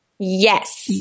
Yes